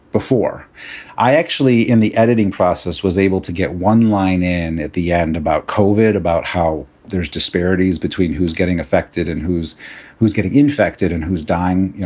before i actually, in the editing process, was able to get one line and at the end about covid about how there's disparities between who's getting affected and who's who's getting infected and who's dying, you know,